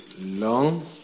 long